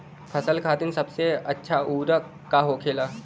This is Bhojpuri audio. फसल खातीन सबसे अच्छा उर्वरक का होखेला?